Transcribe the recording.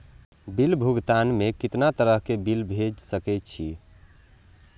Bill भुगतान में कितना तरह के बिल भेज सके छी?